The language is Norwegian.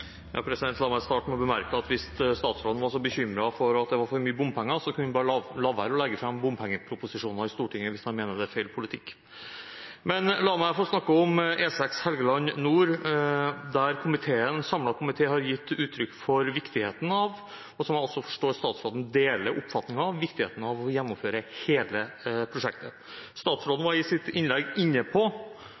at det var for mye bompenger, kunne han bare la være å legge fram bompengeproposisjoner i Stortinget – hvis han mener det er feil politikk. La meg snakke om E6 Helgeland nord, der en samlet komité har gitt uttrykk for viktigheten av å gjennomføre hele prosjektet, og som jeg forstår at statsråden deler oppfatningen om. Statsråden var i sitt innlegg inne på